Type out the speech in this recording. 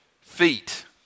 feet